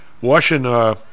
Washington